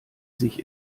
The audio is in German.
sich